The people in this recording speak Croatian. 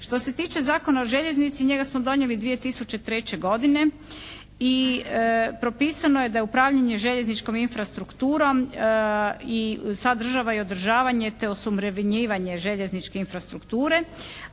Što se tiče Zakona o željeznici njega smo donijeli 2003. godine i propisano je da upravljanje željezničkom infrastrukturom i sadržava i održavanje te osuvremenjivanje željezničke infrastrukture,